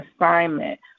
assignment